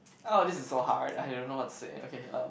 oh this is so hard I don't know what to say ah okay um